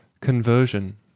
Conversion